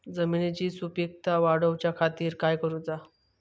जमिनीची सुपीकता वाढवच्या खातीर काय करूचा?